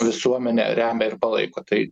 visuomenė remia ir palaiko tai